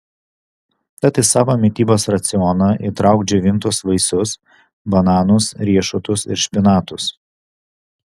tad į savo mitybos racioną įtrauk džiovintus vaisius bananus riešutus ir špinatus